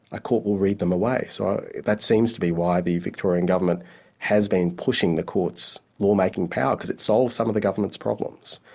a court will read them away. so that seems to be why the victorian government has been pushing the courts' law-making power because it solves some of the government's problems.